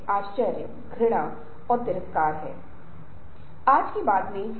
या यह बाधा होगी या परिवर्तन के लिए बाधा होगी